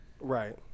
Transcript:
Right